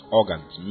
organs